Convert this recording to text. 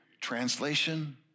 Translation